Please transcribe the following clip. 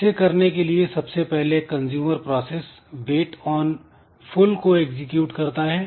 इसे करने के लिए सबसे पहले consumer process wait on full को एग्जीक्यूट करता है